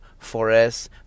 4S